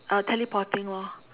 uh teleporting loh